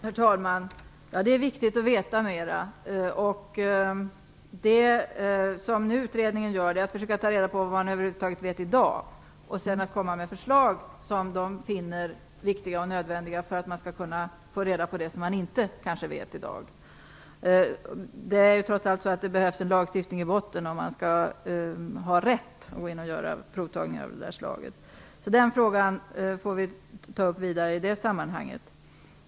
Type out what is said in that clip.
Herr talman! Ja, det är viktigt att veta mera, och det som utredningen nu gör är att försöka ta reda på vad man över huvud taget vet i dag. Den skall sedan lägga fram de förslag som den finner viktiga och nödvändiga för att man skall kunna få reda på det som man inte vet i dag. Det behövs trots allt en lagstiftning i botten för att man skall ha rätt att göra provtagningar av detta slag. Den frågan får alltså tas upp vidare i det sammanhanget.